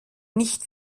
nicht